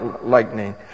lightning